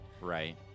Right